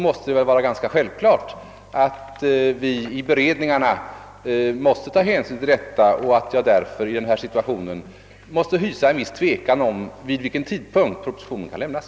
Det är ganska självklart att vi i beredningarna måste ta hänsyn till detta och att jag i denna situation måste hysa en viss tvekan om vid vilken tidpunkt propositionen kan lämnas.